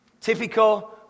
typical